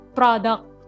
product